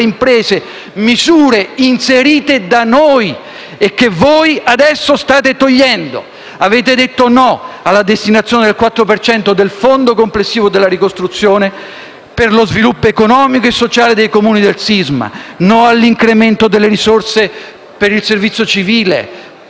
imprese; tutte misure inserite da noi e che voi adesso state togliendo. Avete detto no alla destinazione del 4 per cento del fondo complessivo per la ricostruzione allo sviluppo economico e sociale dei Comuni del sisma; no all'incremento delle risorse per il servizio civile,